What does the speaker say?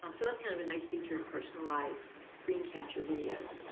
um so that's kind of a nice feature and personalize screen capture videos.